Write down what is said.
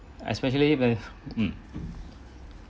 especially when mm